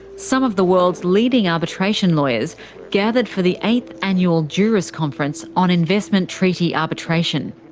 some of the world's leading arbitration lawyers gathered for the eighth annual juris conference on investment treaty arbitration.